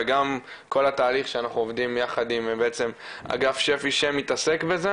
וגם כל התהליך שאנחנו עובדים יחד עם אגף שפ"י שמתעסק בזה,